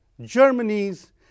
Germany's